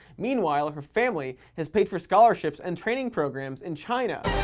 meanwhile, her family has paid for scholarships and training programs in china.